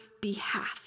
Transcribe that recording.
behalf